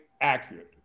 accurate